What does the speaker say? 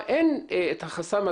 ישנן שתי סוגיות.